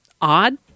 odd